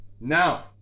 Now